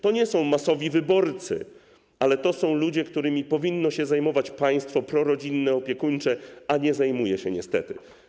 To nie są masowi wyborcy, ale to są ludzie, którymi powinno się zajmować państwo prorodzinne, opiekuńcze, a nie zajmuje się niestety.